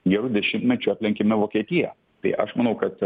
jau dešimtmečiu aplenkėme vokietiją tai aš manau kad